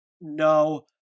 no